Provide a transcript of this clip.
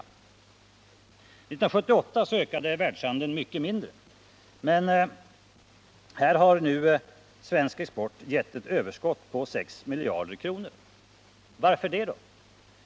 År 1978 ökade världshandeln mycket mindre, men här har nu svensk export gett ett överskott på 6 miljarder kronor. Varför det då?